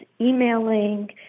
emailing